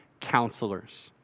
counselors